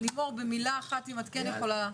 לימור במילה אחת אם את כן יכולה,